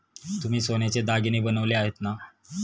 तुम्ही सोन्याचे दागिने बनवले आहेत ना?